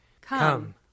Come